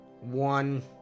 One